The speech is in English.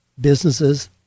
businesses